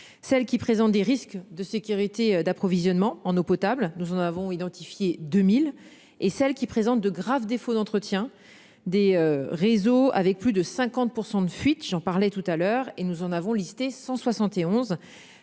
celles qui présentent des risques de sécurité d'approvisionnement en eau potable. Nous en avons identifié 2000 et celles qui présentent de graves défauts d'entretien des réseaux. Avec plus de 50% de fuite, j'en parlais tout à l'heure et nous en avons listé 171.